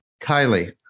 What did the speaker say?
Kylie